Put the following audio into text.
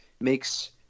makes